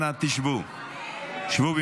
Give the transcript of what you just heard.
אנא שבו במקומותיכם.